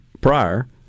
prior